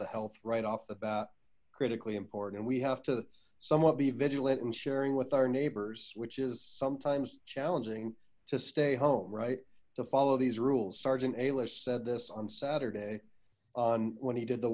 the health right off the bat critically important and we have to somewhat be vigilant and sharing with our neighbors which is sometimes challenging to stay home right to follow these rules sergeant ailish said this on saturday on when he did the